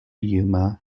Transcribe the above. yuma